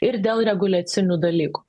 ir dėl reguliacinių dalykų